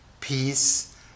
peace